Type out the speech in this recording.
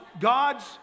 God's